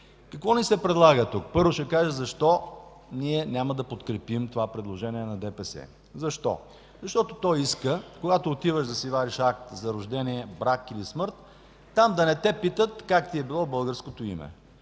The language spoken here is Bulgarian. Какво ни се предлага тук? Първо, ще кажа защо ние няма да подкрепим това предложение на ДПС. Защо? Защото то иска, когато отиваш да си вадиш акт за раждане, брак или смърт, там да не те питат как ти е било българското име.